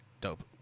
dope